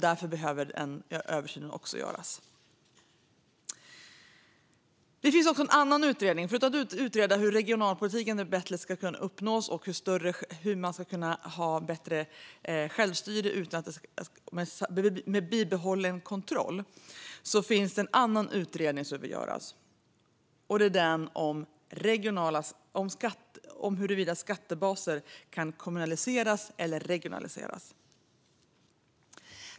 Därför behöver en översyn göras. Förutom att utreda hur regionalpolitikens mål ska kunna uppnås på ett bättre sätt och hur man ska kunna ha bättre självstyre med bibehållen kontroll finns det en annan utredning som behöver göras. Det gäller huruvida skattebaser kan kommunaliseras eller regionaliseras.